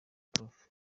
prof